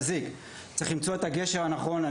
צריך למצוא את הגשר הנכון.